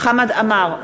חמד עמאר,